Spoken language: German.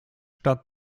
stadt